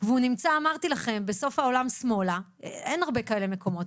והוא נמצא בסוף העולם שמאלה - אין הרבה כאלה מקומות,